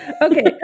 okay